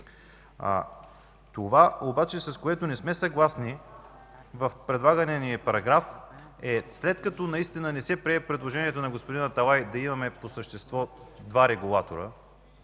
Това обаче, с което не сме съгласни в предлагания ни параграф, е след като не се прие предложението на господин Аталай да имаме по същество два регулатора,